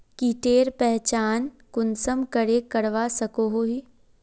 कीटेर पहचान कुंसम करे करवा सको ही?